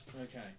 Okay